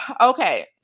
Okay